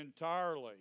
entirely